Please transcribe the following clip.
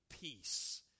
peace